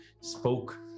spoke